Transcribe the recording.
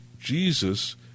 Jesus